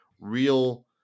real